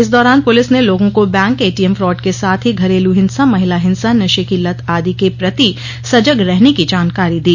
इस दौरान पुलिस ने लोगों को बैंक एटीएम फ्रॉड के साथ ही घरेलू हिंसा महिला हिंसा नशे की लत आदि के प्रति सजग रहने की जानकारी दी